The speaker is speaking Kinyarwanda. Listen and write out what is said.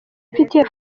mfitiye